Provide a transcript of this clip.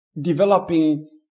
developing